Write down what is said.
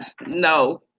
No